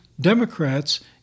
Democrats